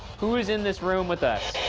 who is in this room with us?